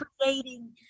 creating